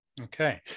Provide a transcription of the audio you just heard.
Okay